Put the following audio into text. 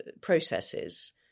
processes